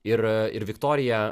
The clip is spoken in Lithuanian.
ir ir viktorija